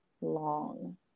long